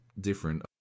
different